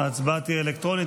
ההצבעה תהיה אלקטרונית.